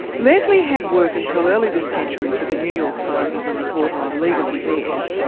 leslie had worked until early this century for the new york times as a reporter on legal affairs,